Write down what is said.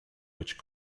which